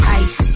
ice